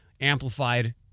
amplified